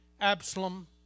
Absalom